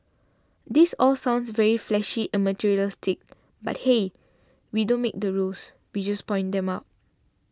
this all sounds very flashy and materialistic but hey we don't make the rules we just point them out